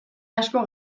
asko